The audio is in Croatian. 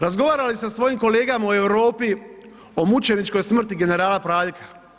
Razgovara li sa svojim kolegama u Europi o mučeničkoj smrti generala Praljka?